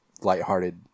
lighthearted